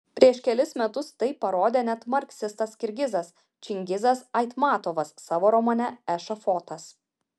prieš kelis metus tai parodė net marksistas kirgizas čingizas aitmatovas savo romane ešafotas